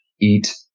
eat